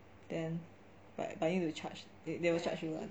then but but you need to charge they will charge you